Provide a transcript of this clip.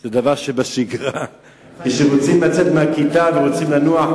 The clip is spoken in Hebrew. זה דבר שבשגרה כשהם רוצים לצאת מהכיתה ורוצים לנוח.